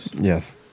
Yes